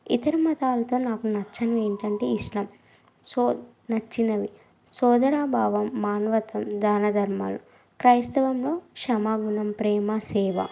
ఇతర మతాలతో నాకు నచ్చనది ఏంటంటే ఇష్టం సో నచ్చినవి సోదరభావం మానవత్వం దానధర్మాలు క్రైస్తవములో క్షమాగుణం ప్రేమ సేవ